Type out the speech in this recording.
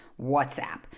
WhatsApp